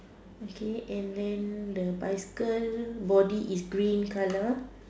okay and then the bicycle body is green colour